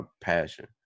passion